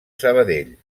sabadell